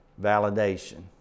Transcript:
Validation